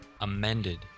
amended